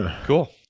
Cool